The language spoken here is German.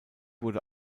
wurde